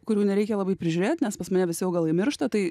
kurių nereikia labai prižiūrėt nes pas mane visi augalai miršta tai